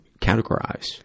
categorize